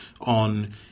on